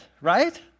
right